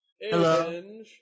Hello